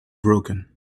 broken